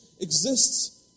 exists